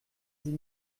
dix